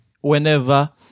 whenever